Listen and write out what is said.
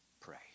pray